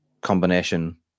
combination